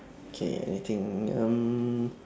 okay anything um